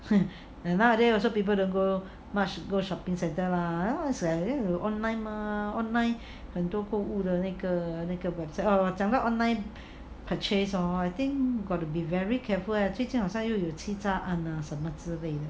nowadays people also don't go much go shopping centre lah 有 online mah online 很多购物的那个那个 website oh 讲到 online purchase hor I think got to be very careful eh 最近好像又有欺诈按什么之类的